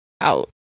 out